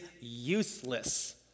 useless